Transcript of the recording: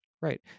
Right